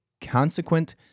consequent